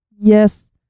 Yes